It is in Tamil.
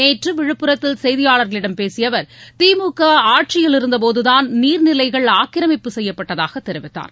நேற்று விழுப்பிரத்தில் செய்தியாளர்களிடம் பேசிய அவர் திமுக ஆட்சியில் இருந்தபோதுதான் நீர்நிலைகள் ஆக்கிரமிப்பு செய்யப்பட்டதாக தெரிவித்தார்